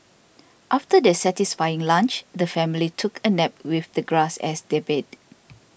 after their satisfying lunch the family took a nap with the grass as their bed